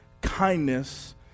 kindness